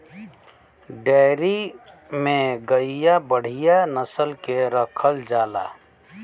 dairy में गइया बढ़िया नसल के रखल जाला